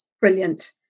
Brilliant